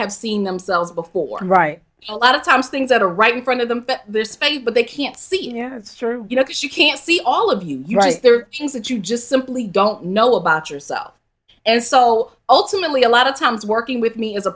have seen themselves before and right a lot of times things that are right in front of them their space but they can't see you know it's true you know because you can't see all of you right there is that you just simply don't know about yourself and so ultimately a lot of times working with me is a